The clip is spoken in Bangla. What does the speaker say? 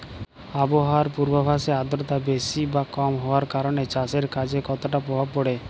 আবহাওয়ার পূর্বাভাসে আর্দ্রতা বেশি বা কম হওয়ার কারণে চাষের কাজে কতটা প্রভাব পড়ে?